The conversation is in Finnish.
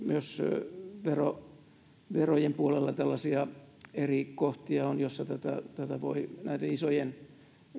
myös verojen puolella on tällaisia eri kohtia joissa tätä tätä voi näiden isojen